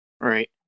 right